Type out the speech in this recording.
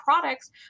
products